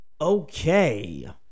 Okay